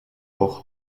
auch